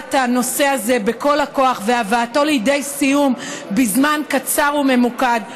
הובלת הנושא הזה בכל הכוח והבאתו לידי סיום בזמן קצר וממוקד,